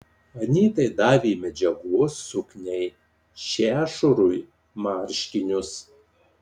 anytai davė medžiagos sukniai šešurui marškinius